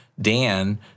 Dan